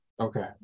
Okay